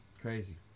crazy